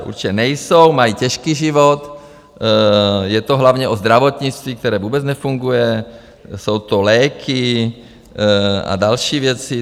Určitě nejsou, mají těžký život, je to hlavně o zdravotnictví, které vůbec nefunguje, jsou to léky a další věci.